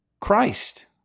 Christ